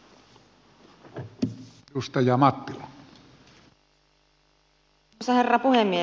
arvoisa herra puhemies